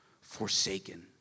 forsaken